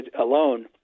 alone